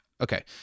okay